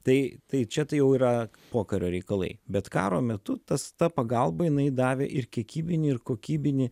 tai tai čia tai jau yra pokario reikalai bet karo metu tas ta pagalba jinai davė ir kiekybinį ir kokybinį